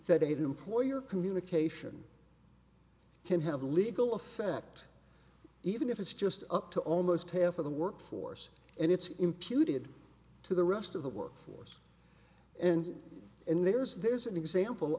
that employer communication can have a legal effect even if it's just up to almost half of the workforce and it's imputed to the rest of the workforce and in there is there's an example